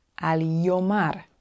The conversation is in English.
al-yomar